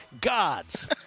Gods